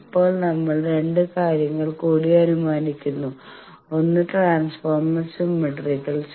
ഇപ്പോൾ നമ്മൾ രണ്ട് കാര്യങ്ങൾ കൂടി അനുമാനിക്കുന്നു ഒന്ന് ട്രാൻസ്ഫോർമർ സിമട്രിക്കലാണ്